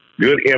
good